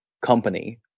company